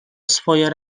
swoje